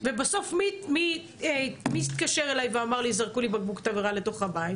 ובסוף מי התקשר אלי ואמר לי זרקו לי בקבוק תבערה לתוך הבית,